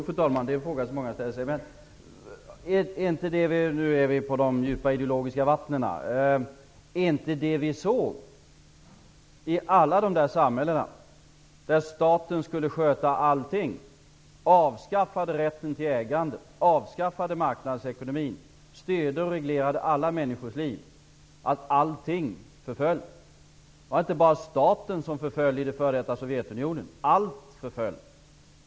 Fru talman! Det är en fråga som många ställer sig. Nu har vi kommit ut på de djupa ideologiska vattnen. I alla dessa samhällen där staten skulle sköta allting avskaffade man rätten till ägande och marknadsekonomin. Man styrde och reglerade alla människors liv. Men vi kunde se hur allting förföll. Det var inte bara staten som förföll i det f.d. Sovjetunionen -- allt förföll.